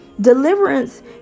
Deliverance